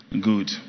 good